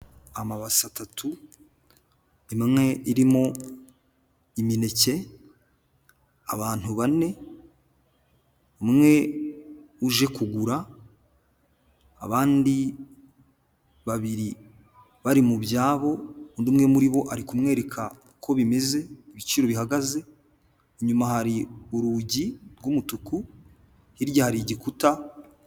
Amabase atatu, imwe irimo imineke. Abantu bane, umwe uje kugura, abandi babiri bari mu byabo, undi umwe muri bo ari kumwereka uko bimeze ibiciro bihagaze, inyuma hari urugi rw’umutuku hirya hari igikuta.